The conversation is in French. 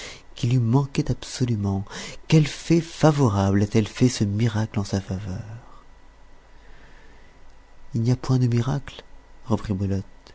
qui lui manquaient absolument quelque fée favorable a-t-elle fait ce miracle en sa faveur il n'y a point de miracle reprit belote